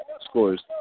Scores